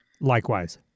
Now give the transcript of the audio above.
Likewise